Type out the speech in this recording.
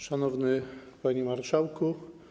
Szanowny Panie Marszałku!